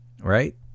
right